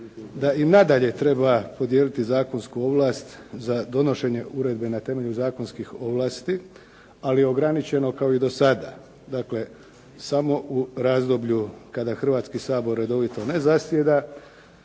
da i nadalje treba podijeliti zakonsku ovlast za donošenje uredbe na temelju zakonskih ovlasti, ali ograničeno kao i do sada. Dakle, samo u razdoblju kada Hrvatski sabor redovito ne zasjeda